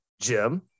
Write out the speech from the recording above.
Jim